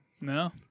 No